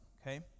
okay